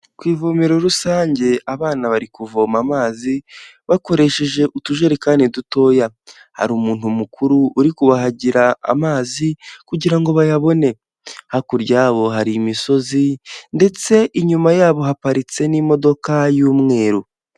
Ku ivomero rusange abana bari kuvoma amazi bakoresheje utujerekani dutoya, hari umuntu mukuru uri kubahagira amazi kugirango bayabone, hakurya yabo hari imisozi ndetse inyuma yabo haparitse n'imodoka y'umweru.